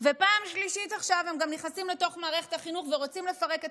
פעם שלישית הם גם נכנסים לתוך מערכת החינוך עכשיו ורוצים לפרק את